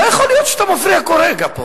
לא יכול להיות שאתה מפריע כל רגע פה.